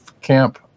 camp